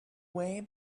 way